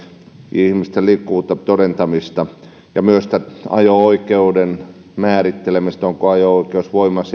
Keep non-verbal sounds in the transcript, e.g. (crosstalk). ihmisten liikkuvuuden todentamista ja myös ajo oikeuden määrittelemistä onko ajo oikeus voimassa (unintelligible)